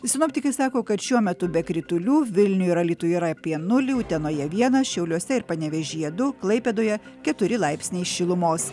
sinoptikai sako kad šiuo metu be kritulių vilniuj ir alytuje yra apie nulį utenoje vienas šiauliuose ir panevėžyje du klaipėdoje keturi laipsniai šilumos